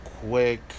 quick